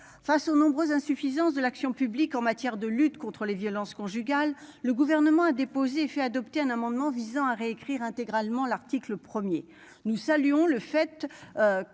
Face aux nombreuses insuffisances de l'action publique en matière de lutte contre les violences conjugales. Le gouvernement a déposé et fait adopter un amendement visant à réécrire intégralement l'article 1er. Nous saluons le fait. Que